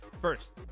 First